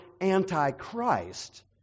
Antichrist